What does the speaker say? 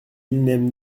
n’aime